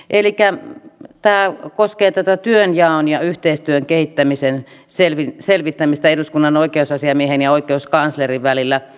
elikkä tämä koskee työnjaon ja yhteistyön kehittämisen selvittämistä eduskunnan oikeusasiamiehen ja oikeuskanslerin välillä